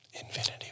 Infinity